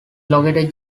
located